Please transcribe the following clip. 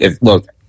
look –